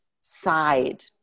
side